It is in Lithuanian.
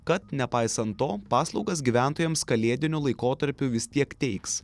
kad nepaisant to paslaugos gyventojams kalėdiniu laikotarpiu vis tiek teiks